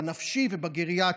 בנפשי ובגריאטרי,